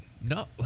No